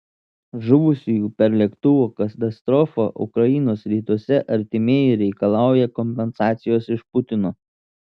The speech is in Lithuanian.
žuvusiųjų per lėktuvo katastrofą ukrainos rytuose artimieji reikalauja kompensacijos iš putino